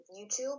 YouTube